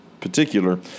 particular